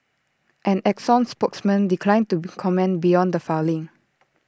an exxon spokesman declined to comment beyond the filing